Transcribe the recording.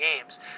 games